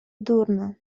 дурно